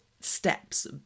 steps